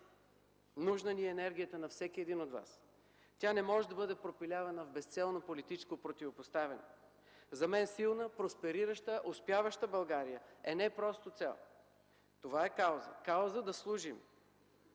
Нужна ни е енергията на всеки един от Вас. Тя не може да бъде пропилявана безцелно в политическо противопоставяне. За мен силна, просперираща, успяваща България е не просто цел. Това е кауза – кауза да служим,